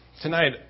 Tonight